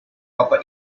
upper